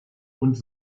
und